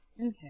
Okay